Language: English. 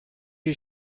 you